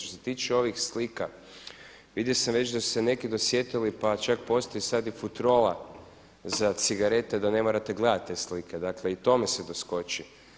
Što se tiče ovih slika, vidio sam već da su se neki dosjetili pa čak postoji sad i futrola za cigarete da ne morate gledati te slike, dakle i tome se doskoči.